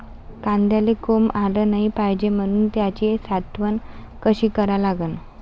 कांद्याले कोंब आलं नाई पायजे म्हनून त्याची साठवन कशी करा लागन?